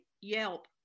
yelp